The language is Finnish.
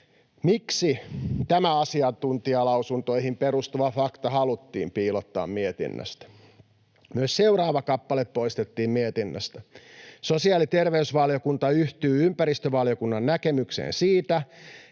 Miksi tämä asiantuntijalausuntoihin perustuva fakta haluttiin piilottaa mietinnöstä? Myös seuraava kappale poistettiin mietinnöstä: ”Sosiaali- ja terveysvaliokunta yhtyy ympäristövaliokunnan näkemykseen siitä,